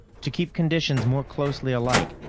to keep conditions more closely alike,